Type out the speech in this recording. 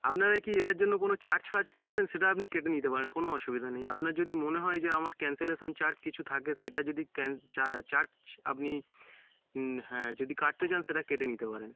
আপনারা কি এটার জন্য কোনো চার্জ ফার্জ কাটবেন সেটা আপনি কেটে নিতে পারেন কোনো অসুবিধা নেই আপনার যদি মনে হয় যে আমার ক্যান্সেলেশান চার্জ কিছু থাকে সেটা যদি ক্যান চার্জ আপনি হ্যাঁ যদি কাটতে চান সেটা কেটে নিতে পারেন